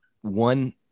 One